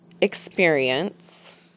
experience